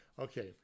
Okay